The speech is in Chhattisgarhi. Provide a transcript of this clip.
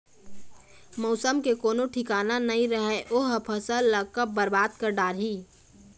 मउसम के कोनो ठिकाना नइ रहय ओ ह फसल ल कब बरबाद कर डारही